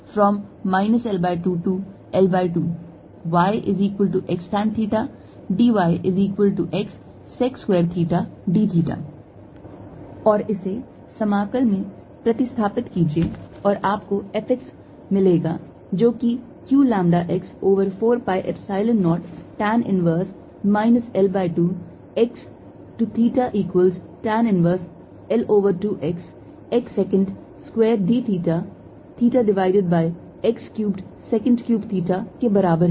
Fxqλ4π0 L2L2xdyx2y232qλx4π0 L2L2dyx2y232 yxtanθ dyxsec2θdθ और इसे समाकल में प्रतिस्थापित कीजिए और आपको F x मिलेगा जो कि q lambda x over 4 pi Epsilon 0 tan inverse minus L by 2 x to theta equals tan inverse L over 2 x x secant square theta d theta divided by x cubed secant cube theta के बराबर है